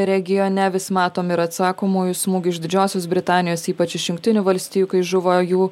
regione vis matom ir atsakomųjų smūgių iš didžiosios britanijos ypač iš jungtinių valstijų kai žuvo jų